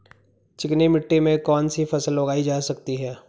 चिकनी मिट्टी में कौन सी फसल उगाई जा सकती है?